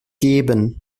geben